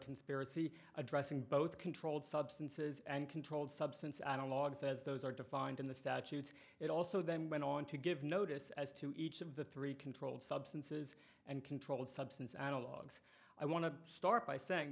conspiracy addressing both controlled substances and controlled substance i don't log says those are defined in the statutes it also then went on to give notice as to each of the three controlled substances and controlled substance analogs i want to start by